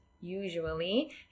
usually